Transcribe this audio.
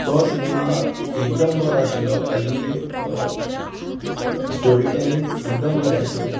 तो सिनेमा एकदम बरो आशिल्लो ताची स्टोरी टेलिंग एकदम बरे आशिल्ले